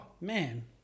man